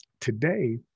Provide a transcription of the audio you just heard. today